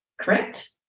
correct